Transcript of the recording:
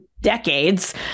decades